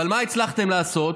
אבל מה הצלחתם לעשות?